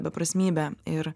beprasmybę ir